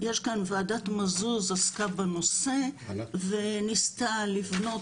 ועדת מזוז עסקה בנושא וניסתה לבנות